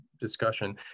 discussion